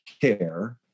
care